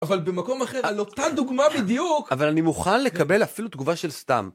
אבל במקום אחר, על אותה דוגמא בדיוק! אבל אני מוכן לקבל אפילו תגובה של סתם.